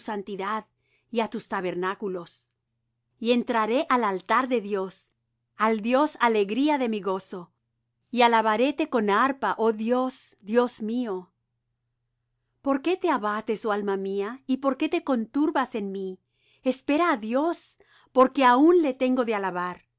santidad y á tus tabernáculos y entraré al altar de dios al dios alegría de mi gozo y alabaréte con arpa oh dios dios mío por qué te abates oh alma mía y por qué te conturbes en mí espera á dios porque aun le tengo de alabar es